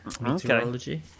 Meteorology